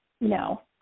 No